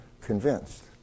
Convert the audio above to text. convinced